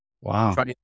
Wow